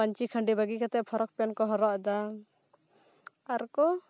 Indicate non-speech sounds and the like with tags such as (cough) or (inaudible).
ᱯᱟᱹᱧᱪᱤ ᱠᱷᱟᱸᱰᱤ ᱵᱟᱜᱮ ᱠᱟᱛᱮ ᱯᱷᱚᱨᱚᱠ ᱯᱮᱱ ᱠᱚ ᱦᱚᱨᱚᱜ ᱮᱫᱟ ᱟᱨ ᱠᱚ (unintelligible)